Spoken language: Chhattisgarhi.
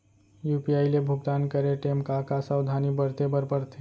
यू.पी.आई ले भुगतान करे टेम का का सावधानी बरते बर परथे